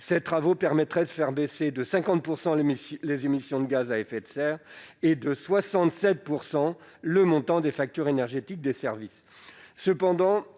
Ces travaux permettraient de faire baisser de 50 % les émissions de gaz à effet de serre et de 67 % le montant des factures énergétiques des services.